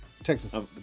Texas